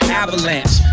avalanche